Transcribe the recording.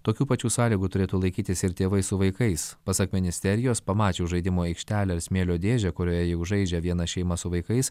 tokių pačių sąlygų turėtų laikytis ir tėvai su vaikais pasak ministerijos pamačius žaidimų aikštelę ir smėlio dėžę kurioje jau žaidžia viena šeima su vaikais